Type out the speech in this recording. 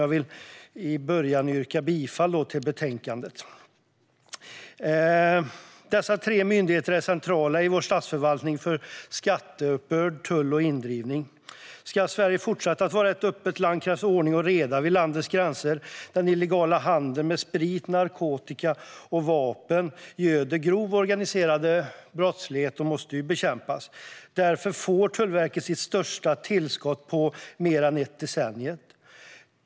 Jag vill från början yrka bifall till utskottets förslag i betänkandet. Dessa tre myndigheter är centrala i vår statsförvaltning för skatteuppbörd, tull och indrivning. Ska Sverige fortsätta att vara ett öppet land krävs ordning och reda vid landets gränser. Den illegala handeln med sprit, narkotika och vapen göder grov organiserad brottslighet och måste bekämpas. Därför får Tullverket sitt största tillskott på mer än ett decennium.